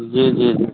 जी जी जी